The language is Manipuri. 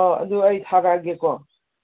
ꯑ ꯑꯗꯨ ꯑꯩ ꯊꯥꯔꯛꯑꯒꯦꯀꯣ